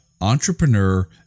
entrepreneur